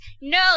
No